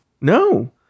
no